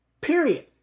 Period